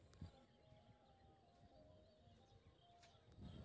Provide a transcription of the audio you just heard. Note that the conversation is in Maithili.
जौ के उपयोग मुख्यतः मैदा आ बिस्कुट बनाबै लेल कैल जाइ छै